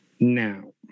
Now